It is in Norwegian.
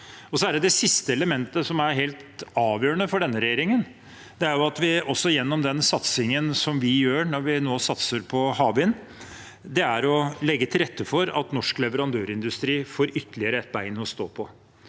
det siste elementet, som er helt avgjørende for denne regjeringen: Det er at vi gjennom den satsingen som vi gjør når vi nå satser på havvind, legger til rette for at norsk leverandørindustri får ytterligere et bein å stå på.